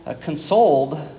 consoled